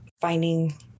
finding